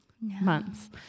months